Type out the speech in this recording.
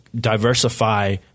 diversify